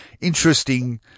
interesting